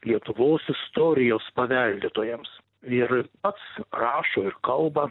lietuvos istorijos paveldėtojams ir pats rašo ir kalba